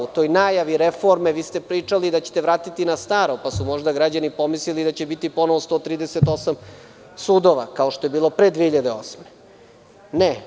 U toj najavi reforme vi ste pričali da ćete vratiti na staro, pa su možda građani pomislili da će biti ponovo 138 sudova, kao što je bilo pre 2008. godine.